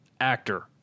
actor